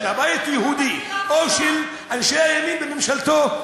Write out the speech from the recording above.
הבית היהודי או של אנשי הימין בממשלתו,